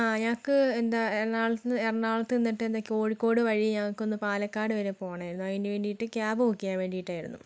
ആ ഞങ്ങൾക്ക് എന്താണ് എറണാകുളം എറണാകുളത്ത് നിന്നിട്ട് എന്താണ് കോഴിക്കോട് വഴി ഞങ്ങൾക്കൊന്ന് പാലക്കാട് വരെ പോവണമായിരുന്നു അതിനുവേണ്ടിയിട്ട് ക്യാമ്പ് ബുക്ക് ചെയ്യാൻ വേണ്ടിയിട്ടായിരുന്നു